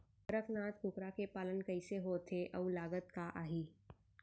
कड़कनाथ कुकरा के पालन कइसे होथे अऊ लागत का आही?